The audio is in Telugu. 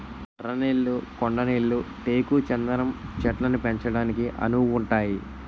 ఎర్ర నేళ్లు కొండ నేళ్లు టేకు చందనం చెట్లను పెంచడానికి అనువుగుంతాయి